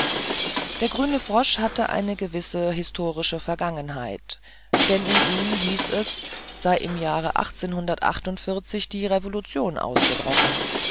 der grüne frosch hatte eine gewisse historische vergangenheit denn in ihm hieß es sei im jahre die revolution ausgebrochen